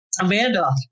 Amanda